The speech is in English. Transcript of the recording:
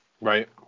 Right